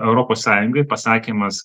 europos sąjungai pasakymas